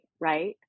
right